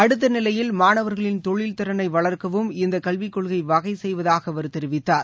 அடுத்த நிலையில் மாணவர்களின் தொழில் திறனை வளர்க்கவும் இந்த கல்விக்கொள்கை வகை செய்வதாக அவர் தெரிவித்தார்